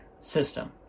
system